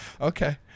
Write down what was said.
Okay